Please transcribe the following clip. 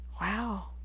Wow